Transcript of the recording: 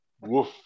Woof